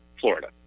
Florida